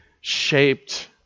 shaped